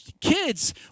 Kids